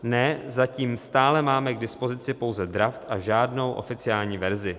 Ne, zatím stále máme k dispozici pouze draft a žádnou oficiální verzi.